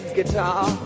Guitar